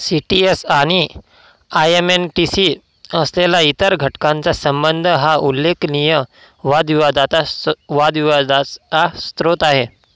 CTS आणि IMNTC असलेला इतर घटकांचा संबंध हा उल्लेखनीय वादविवादाता स वादविवादास स्रोत आहे